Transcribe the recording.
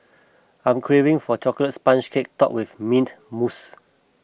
I am craving for Chocolate Sponge Cake Topped with Mint Mousse